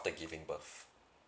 after giving birth